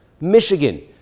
Michigan